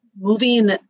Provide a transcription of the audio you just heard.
moving